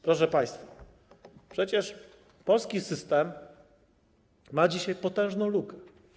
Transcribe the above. Proszę państwa, przecież polski system ma dzisiaj potężną lukę.